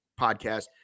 podcast